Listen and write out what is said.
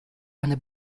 eine